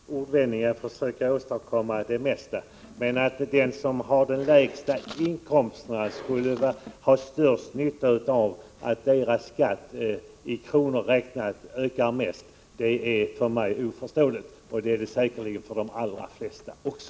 Fru talman! Med ordvändningar kan man åstadkomma det mesta, men påståendet att de som har de lägsta inkomsterna skulle ha störst nytta av att deras skatt i kronor räknat ökar mest är för mig oförståeligt, vilket det säkerligen är också för de allra flesta andra.